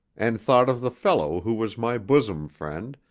and thought of the fellow who was my bosom friend,